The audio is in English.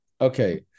Okay